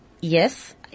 yes